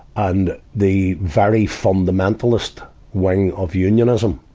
and the very fundamentalist wing of unionism,